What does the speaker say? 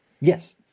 Yes